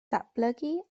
datblygu